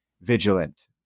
Vigilant